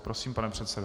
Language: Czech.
Prosím, pane předsedo.